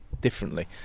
differently